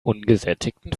ungesättigten